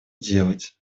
делать